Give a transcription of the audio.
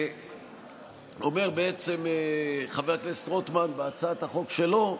אומר בעצם חבר הכנסת רוטמן בהצעת החוק שלו: